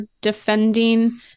defending